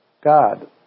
God